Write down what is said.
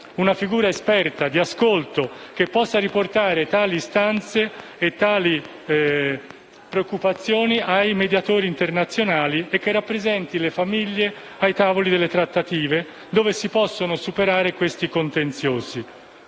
Una figura esperta, di ascolto, che possa riportare tali istanze e preoccupazioni ai mediatori internazionali e che rappresenti le famiglie ai tavoli delle trattative dove si possono superare questi contenziosi.